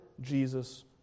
Jesus